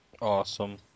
Awesome